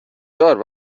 دار